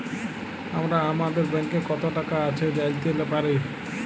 আমরা আমাদের ব্যাংকে কত টাকা আছে জাইলতে পারি